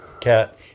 cat